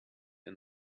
and